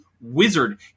wizard